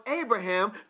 Abraham